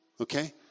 Okay